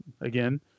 again